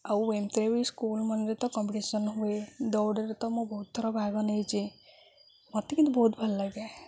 ଆଉ ଏମିତିରେ ବି ସ୍କୁଲ୍ମାନରେ ତ କମ୍ପିଟିସନ୍ ହୁଏ ଦୌଡ଼ରେ ତ ମୁଁ ବହୁତ ଥର ଭାଗ ନେଇଛି ମୋତେ କିନ୍ତୁ ବହୁତ ଭଲ ଲାଗେ